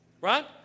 Right